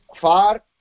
far